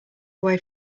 away